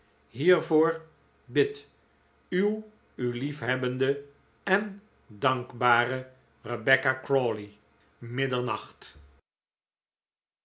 hiervoor bidt uw u liefhebbende en dankbare rebecca crawley middernacht